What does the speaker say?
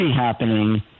happening